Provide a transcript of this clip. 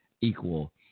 equal